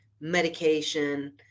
medication